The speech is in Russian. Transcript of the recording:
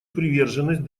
приверженность